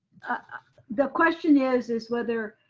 ah the question is is whether,